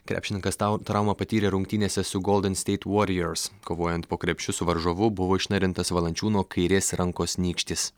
krepšininkas tau traumą patyrė rungtynėse su golden steit voriors kovojant po krepšiu su varžovu buvo išnarintas valančiūno kairės rankos nykštis